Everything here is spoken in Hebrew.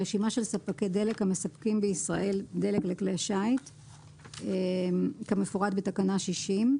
רשימה של ספקי דלק המספקים בישראל דלק לכלי שיט כמפורט בתקנה 60,